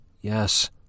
Yes